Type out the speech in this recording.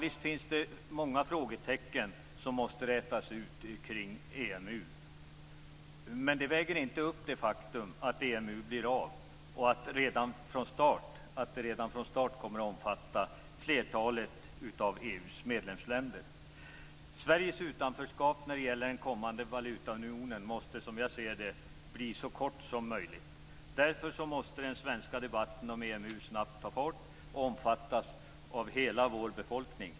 Visst finns det många frågetecken som måste rätas ut kring EMU. Med det väger inte upp det faktum att EMU blir av och redan från start kommer att omfatta flertalet av EU:s medlemsländer. Sveriges utanförskap när det gäller den kommande valutaunionen måste som jag ser det bli så kort som möjligt. Därför måste den svenska debatten snabbt ta fart och omfattas av hela vår befolkning.